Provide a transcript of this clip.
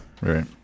right